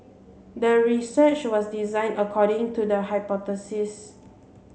the research was designed according to the hypothesis